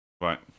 Right